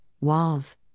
walls